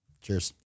Cheers